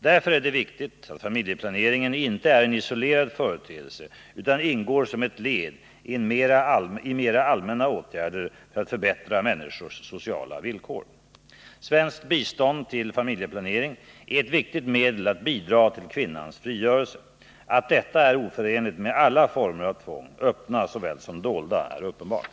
Därför är det viktigt att familjeplaneringen inte är en isolerad företeelse utan ingår som ett led i mera allmänna åtgärder för att förbättra människors sociala villkor. Svenskt bistånd till familjeplanering är ett viktigt medel för att bidra till kvinnans frigörelse. Att detta är oförenligt med alla former av tvång, öppna såväl som dolda, är uppenbart.